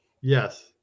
yes